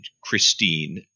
Christine